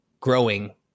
growing